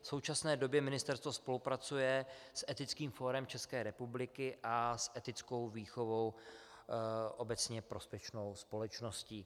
V současné době ministerstvo spolupracuje s Etickým fórem České republiky a s Etickou výchovou, obecně prospěšnou společností.